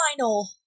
final